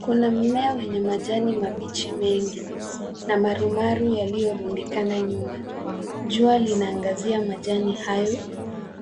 Kuna mmea wenye majani mabichi mengi na marumaru yaliyorundikana nyuma. Jua linaangazia majani hayo